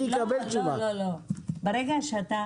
ברגע שאתה